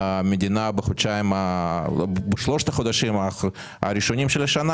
המדינה בשלושת החודשים הראשונים של השנה